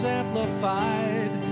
amplified